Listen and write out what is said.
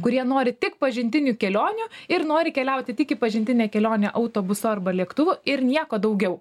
kurie nori tik pažintinių kelionių ir nori keliauti tik į pažintinę kelionę autobusu arba lėktuvu ir nieko daugiau